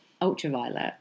Ultraviolet